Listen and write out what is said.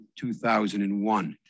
2001